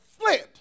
flint